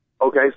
Okay